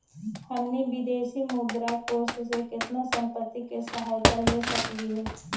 हमनी विदेशी मुद्रा कोश से केतना संपत्ति के सहायता ले सकलिअई हे?